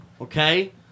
Okay